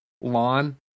lawn